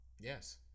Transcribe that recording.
Yes